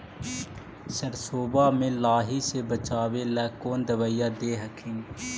सरसोबा मे लाहि से बाचबे ले कौन दबइया दे हखिन?